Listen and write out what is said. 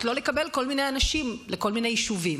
לא לקבל כל מיני אנשים לכל מיני יישובים.